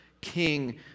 King